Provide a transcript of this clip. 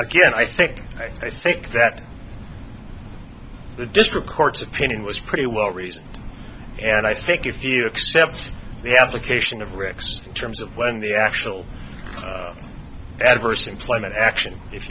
again i think i think that the district court's opinion was pretty well reasoned and i think if you accept the application of ricks in terms of when the actual adverse employment action if